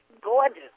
gorgeous